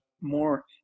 more